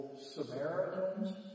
Samaritans